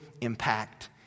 impact